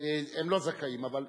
הם לא זכאים, אבל,